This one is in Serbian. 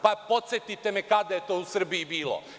Podsetite me kada je to u Srbiji bilo?